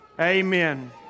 Amen